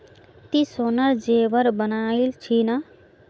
ती सोनार जेवर बनइल छि न